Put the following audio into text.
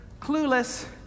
clueless